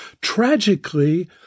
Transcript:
Tragically